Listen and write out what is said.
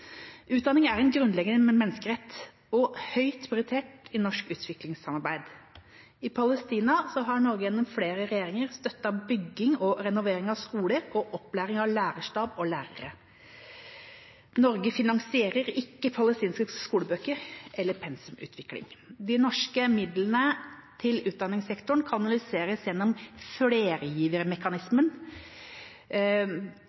Utdanning er en grunnleggende menneskerett og høyt prioritert i norsk utviklingssamarbeid. I Palestina har Norge gjennom flere regjeringer støttet bygging og renovering av skoler og opplæring av lærerstab og lærere. Norge finansierer ikke palestinske skolebøker eller pensumutvikling. De norske midlene til utdanningssektoren kanaliseres gjennom